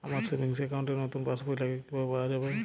আমার savings account র নতুন পাসবই লাগবে, কিভাবে পাওয়া যাবে?